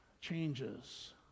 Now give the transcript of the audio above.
changes